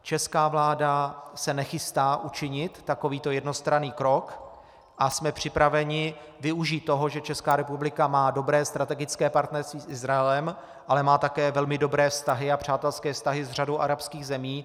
Česká vláda se nechystá učinit takovýto jednostranný krok a jsme připraveni využít toho, že Česká republika má dobré strategické partnerství s Izraelem, ale má také velmi dobré a přátelské vztahy s řadou arabských zemí.